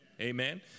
amen